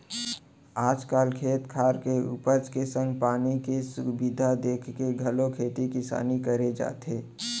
आज काल खेत खार के उपज के संग पानी के सुबिधा देखके घलौ खेती किसानी करे जाथे